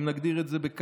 אם נגדיר את זה כך,